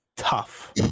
tough